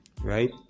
Right